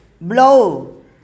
Blow